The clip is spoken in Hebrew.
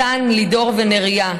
מתן, לידור ונריה.